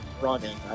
running